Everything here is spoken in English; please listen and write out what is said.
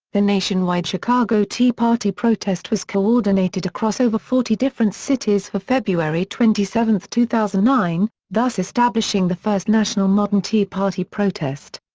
the nationwide chicago tea party protest was coordinated across over forty different cities for february twenty seven, two thousand and nine, thus establishing the first national modern tea party protest.